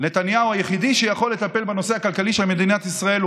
נתניהו היחידי שיכול לטפל בנושא הכלכלי של מדינת ישראל.